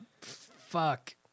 Fuck